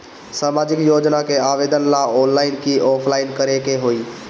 सामाजिक योजना के आवेदन ला ऑनलाइन कि ऑफलाइन करे के होई?